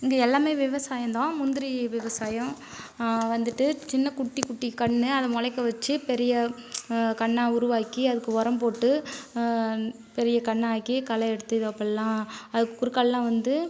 இங்கே எல்லாமே விவசாயம் தான் முந்திரி விவசாயம் வந்துட்டு சின்ன குட்டிக் குட்டி கன்று அதை முளைக்க வச்சு பெரிய கன்றா உருவாக்கி அதுக்கு உரம் போட்டு பெரிய கன்றாக்கி களை எடுத்து அப்படிலாம் அதுக்கு குறுக்காலலாம் வந்து